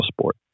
sport